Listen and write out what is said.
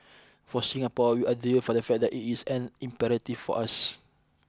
for Singapore we are driven from the fact that it is an imperative for us